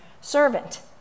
servant